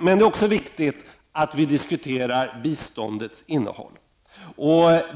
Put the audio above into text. Det är också viktigt att vi diskuterar biståndets innehåll.